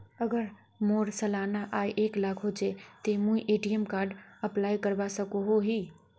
अगर मोर सालाना आय एक लाख होचे ते मुई ए.टी.एम कार्ड अप्लाई करवा सकोहो ही?